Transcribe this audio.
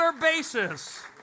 basis